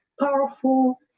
powerful